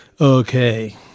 Okay